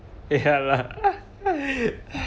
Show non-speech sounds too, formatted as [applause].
ya lah [laughs]